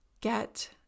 get